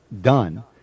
done